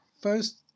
First